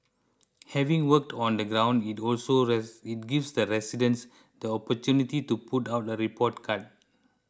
having worked on the ground it also that it gives that residents the opportunity to put out a report card